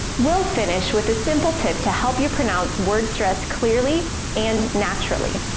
we'll finish with a simple tip to help you pronounce word stress clearly and naturally.